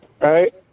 right